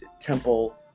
Temple